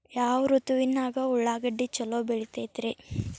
ಯಾವ ಋತುವಿನಾಗ ಉಳ್ಳಾಗಡ್ಡಿ ಛಲೋ ಬೆಳಿತೇತಿ ರೇ?